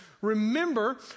Remember